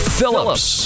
Phillips